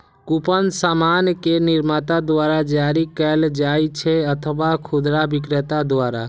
coupon सामान के निर्माता द्वारा जारी कैल जाइ छै अथवा खुदरा बिक्रेता द्वारा